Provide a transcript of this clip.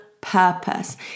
purpose